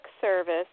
service